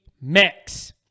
mix